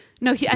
No